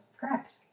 Correct